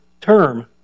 term